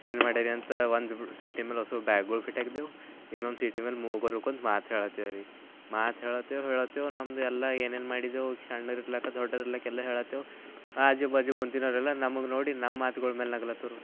ಏನು ಮಾಡೋದು ಎಂತ ಒಂದು ಸೀಟಿನ ಮೇಲೆ ಅಷ್ಟೂ ಬ್ಯಾಗ್ಗಳು ಬಿಟ್ಟು ಹಾಕಿದೆವು ಇನ್ನೊಂದು ಸೀಟಿನ ಮೇಲೆ ಮೂವರು ಕುಂತು ಮಾತು ಹೇಳುತ್ತೀವಿ ರೀ ಮಾತು ಹೇಳತ್ತೀವಿ ಹೇಳತ್ತೀವಿ ನಮ್ದು ಎಲ್ಲ ಏನೇನು ಮಾಡಿದ್ದೇವು ಸಣ್ಣೋರು ಇರಲಿಕ್ಕೆ ದೊಡ್ಡೋರು ಇರಲಿಕ್ಕೆ ಎಲ್ಲ ಹೇಳುತ್ತೀವಿ ಆಜು ಬಾಜು ಕೂತಿರೋರೆಲ್ಲ ನಮಗೆ ನೋಡಿ ನಮ್ಮ ಮಾತುಗಳ ಮೇಲೆ ನಗ್ಲತ್ತರು